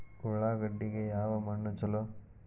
ಉಳ್ಳಾಗಡ್ಡಿಗೆ ಯಾವ ಮಣ್ಣು ಛಲೋ?